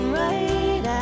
right